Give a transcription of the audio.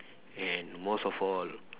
and most of all